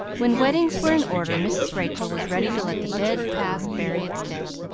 when weddings were in order mrs. rachel was ready to let the dead past bury its dead.